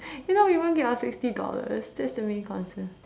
if not we won't get our sixty dollars that's the main concern